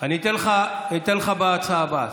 אני אתן לך בהצעה הבאה.